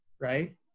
right